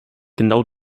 genau